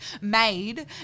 made